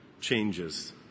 changes